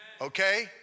Okay